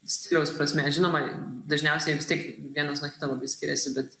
stiliaus prasme žinoma dažniausiai vis tiek vienas nuo kito labai skiriasi bet